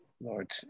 Lord